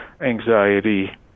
anxiety